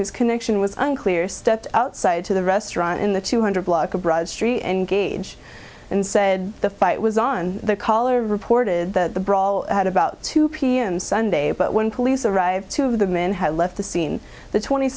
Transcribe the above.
whose connection was unclear stepped outside to the restaurant in the two hundred block of broad street engage and said the fight was on the caller reported the brawl at about two p m sunday but when police arrived two of the men had left the scene the twenty